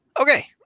okay